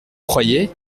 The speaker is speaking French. croyez